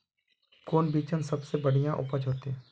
कौन बिचन सबसे बढ़िया उपज होते?